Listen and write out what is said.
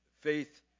faith